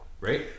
Right